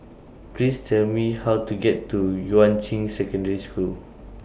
Please Tell Me How to get to Yuan Ching Secondary School